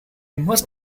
must